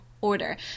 order